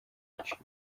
agaciro